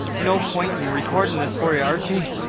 no point in recording this for ya, archie.